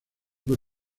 por